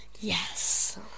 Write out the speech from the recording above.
Yes